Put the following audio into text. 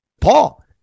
Paul